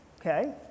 okay